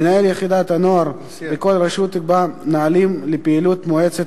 מנהל יחידת הנוער בכל רשות יקבע נהלים לפעילות מועצת